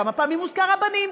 כמה פעמים מוזכר רבנים,